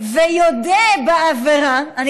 ויודה בעבירה, מה עם בקעת הירדן?